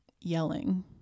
yelling